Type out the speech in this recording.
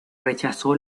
rechazó